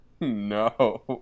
No